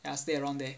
ya I stay around there